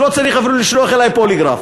אז לא צריך אפילו לשלוח אלי פוליגרף.